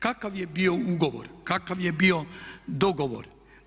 Kakav je bio ugovor, kakav je bio dogovor?